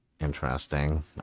interesting